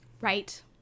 Right